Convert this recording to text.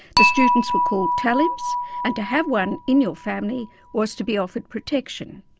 the students were called talibs and to have one in your family was to be offered protection.